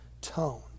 tone